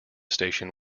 station